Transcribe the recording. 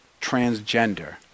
transgender